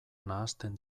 nahasten